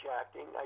acting